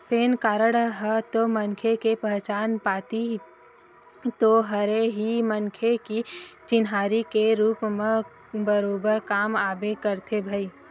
PAN card ह तो मनखे के पहचान पाती तो हरे ही मनखे के चिन्हारी के रुप म बरोबर काम आबे करथे भई